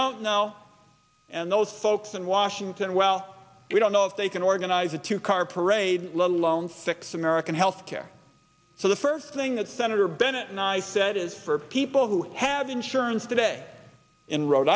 don't know and those folks in washington well we don't know if they can organize a two car parade let alone fix american healthcare for the first thing that senator bennett and i said is for people who have insurance today in rhode